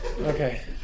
Okay